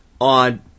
on